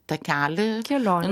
takelių kelionių